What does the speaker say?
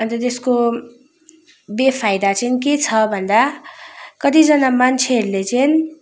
अन्त त्यसको बेफाइदा चाहिँ के छ भन्दा कतिजना मान्छेहरूले चाहिँ